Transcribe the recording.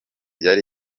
yari